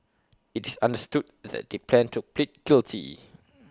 IT is understood that they plan to plead guilty